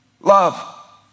Love